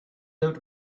out